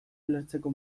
ulertzeko